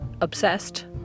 obsessed